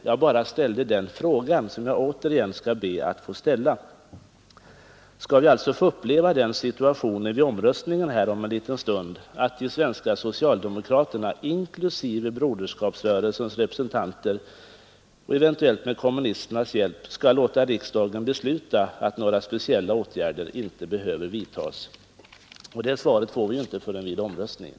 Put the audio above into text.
Jag bara ställde i mitt anförande den fråga som jag återigen skall be att få ställa: Skall vi alltså behöva uppleva den situationen vid den kommande voteringen att de svenska socialdemokraterna inklusive Broderskapsrörelsens representanter, eventuellt med kommunisternas hjälp, skall låta riksdagen besluta att några speciella åtgärder inte behöver vidtas? Svaret på frågan får vi inte förrän vid omröstningen.